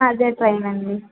అదే ట్రైన్ అండీ